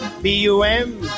B-U-M